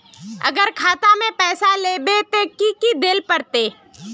अगर खाता में पैसा लेबे ते की की देल पड़ते?